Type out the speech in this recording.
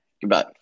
Goodbye